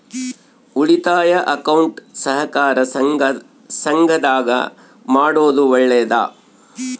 ಉಳಿತಾಯ ಅಕೌಂಟ್ ಸಹಕಾರ ಸಂಘದಾಗ ಮಾಡೋದು ಒಳ್ಳೇದಾ?